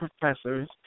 professors